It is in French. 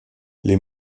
les